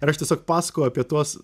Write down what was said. ir aš tiesiog pasakojau apie tuos